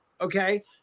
Okay